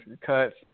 cuts